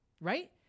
right